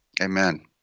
Amen